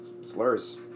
Slurs